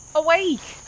awake